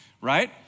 right